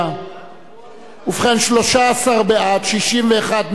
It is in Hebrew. ובכן, 13 בעד, 61 נגד, אין נמנעים.